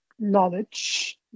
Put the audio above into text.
knowledge